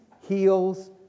heals